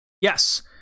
Yes